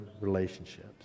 relationships